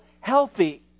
healthy